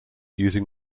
using